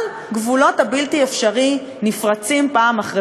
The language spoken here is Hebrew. אבל גבולות הבלתי-אפשרי נפרצים פעם אחר